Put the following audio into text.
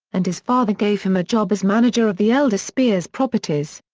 and his father gave him a job as manager of the elder speer's properties.